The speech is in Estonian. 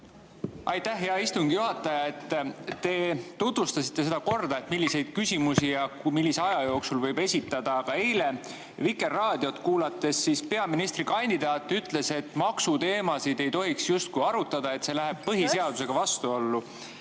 Aitäh, hea istungi juhataja! Te tutvustasite seda korda, et milliseid küsimusi ja millise aja jooksul võib esitada. Aga eile kuulasin Vikerraadiot, kus peaministrikandidaat ütles, et maksuteemasid ei tohiks justkui arutada, et see läheb põhiseadusega vastuollu.